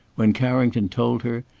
when carrington told her,